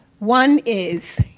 one is,